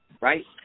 right